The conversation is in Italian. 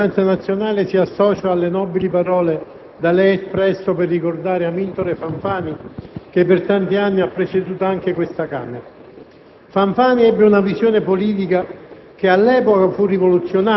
Signor Presidente, anche Alleanza Nazionale si associa alle nobili parole da lei espresse per ricordare Amintore Fanfani che per tanti anni ha presieduto anche questa Camera.